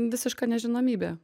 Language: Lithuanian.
visiška nežinomybė